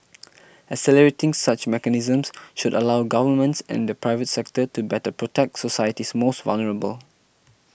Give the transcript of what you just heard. accelerating such mechanisms should allow governments and the private sector to better protect society's most vulnerable